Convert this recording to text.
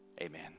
amen